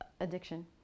addiction